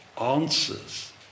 answers